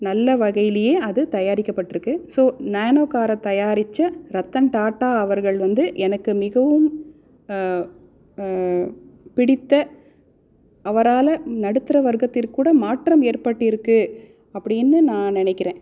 நல்ல வகையிலேயே அது தயாரிக்கப்பட்டிருக்கு ஸோ நேனோ காரை தயாரித்த ரத்தன் டாட்டா அவர்கள் வந்து எனக்கு மிகவும் பிடித்த அவரால் நடுத்தர வர்க்கத்திற்குகூட மாற்றம் ஏற்பட்டிருக்குது அப்படின்னு நான் நினைக்கிறேன்